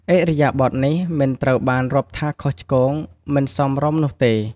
ឥរិយាបថនេះមិនត្រូវបានរាប់ថាខុសឆ្គង មិនសមរម្យនោះទេ។